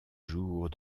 jours